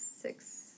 six